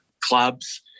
clubs